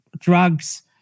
Drugs